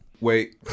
Wait